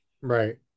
Right